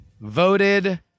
Voted